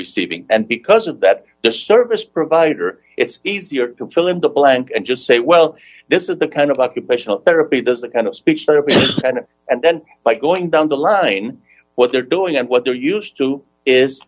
receiving and because of that to service provider it's easier to fill in the blank and just say well this is the kind of occupational therapy there's a kind of speech therapy and then by going down the line what they're doing and what they're used to is